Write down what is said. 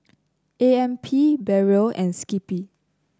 A M P Barrel and Skippy